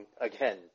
again